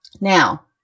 Now